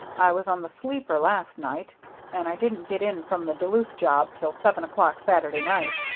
i was on the sleeper last night and i didn't get in from the duluth job till seven o'clock saturday night,